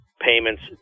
payments